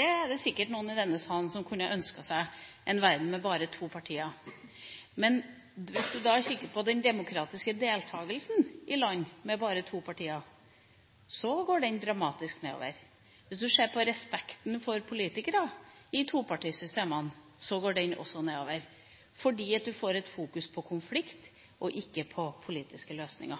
er det sikkert noen i denne salen som kunne ønsket seg, en verden med bare to partier, men hvis du kikker på den demokratiske deltakelsen i land med bare to partier, går den dramatisk nedover. Hvis du ser på respekten for politikere i topartisystemene, går også den nedover fordi du får fokusering på konflikt og ikke på politiske løsninger.